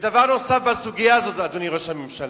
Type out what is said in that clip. דבר נוסף בסוגיה הזאת, אדוני ראש הממשלה,